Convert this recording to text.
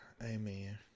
Amen